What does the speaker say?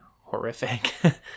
horrific